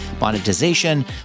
monetization